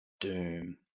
doom